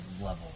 level